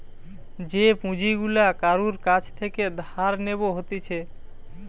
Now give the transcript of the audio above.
যে পুঁজি গুলা কারুর কাছ থেকে ধার নেব হতিছে